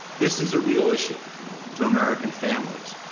this is a real issue to american families.